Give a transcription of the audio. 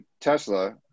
Tesla